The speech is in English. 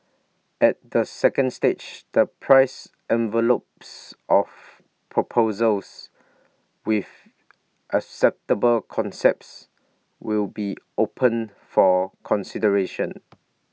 at the second stage the price envelopes of proposals with acceptable concepts will be opened for consideration